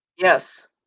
Yes